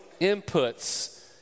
inputs